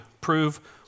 prove